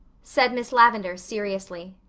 said miss lavendar seriously.